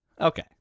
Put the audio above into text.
Okay